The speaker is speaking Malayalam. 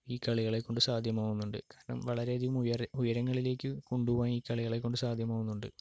ഈ കളികളെ കൊണ്ട് സാധ്യമാകുന്നുണ്ട് വളരെയധികം ഉയര ഉയരങ്ങളിലേക്ക് കൊണ്ട് പോകാൻ ഈ കളികളെ കൊണ്ട് സാധ്യമാകുന്നുണ്ട്